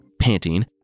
panting